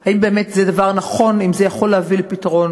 אם באמת זה דבר נכון, אם זה יכול להביא לפתרון.